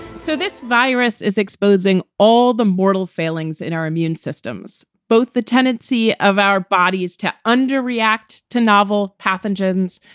so this virus is exposing all the mortal failings in our immune systems, both the tendency of our bodies to under react to novel pathogens,